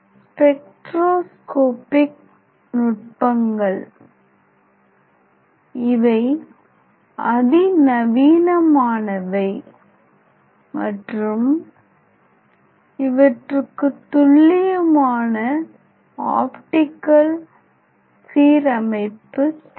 spectroscopic நுட்பங்கள் இவை அதிநவீனமானவை மற்றும் ஆனால் இவற்றுக்கு துல்லியமான ஆப்டிகல் சீரமைப்பு தேவை